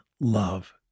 love